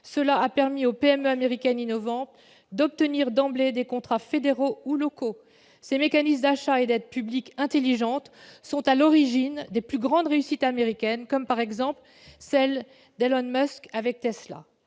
Cela a permis aux PME américaines innovantes d'obtenir d'emblée des contrats fédéraux ou locaux. Ces mécanismes d'achats et d'aides publiques intelligentes sont à l'origine des plus grandes réussites américaines, comme celle d'Elon Musk avec Tesla.